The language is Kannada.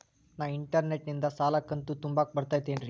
ನಾ ಇಂಟರ್ನೆಟ್ ನಿಂದ ಸಾಲದ ಕಂತು ತುಂಬಾಕ್ ಬರತೈತೇನ್ರೇ?